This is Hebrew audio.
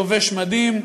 לובש מדים,